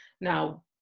now